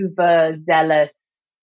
overzealous